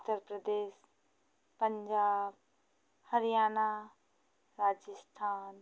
Uttar Pradesh Punjab Haryana Rajasthan